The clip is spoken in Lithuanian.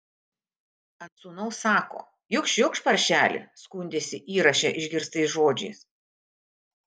ant sūnaus sako jukš jukš paršeli skundėsi įraše išgirstais žodžiais